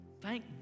Thank